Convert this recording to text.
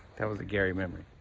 that was a gary memory.